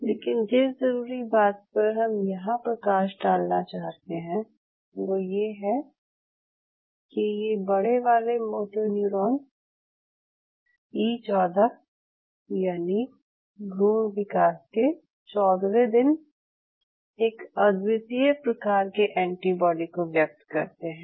लेकिन जिस ज़रूरी बात पर हम यहाँ प्रकाश डालना चाहते हैं वो ये है कि ये बड़े वाले मोटोन्यूरोन्स ई 14 यानि भ्रूण विकास के चौदहवें दिन एक अद्वितीय प्रकार के एंटीबाडी को व्यक्त करते हैं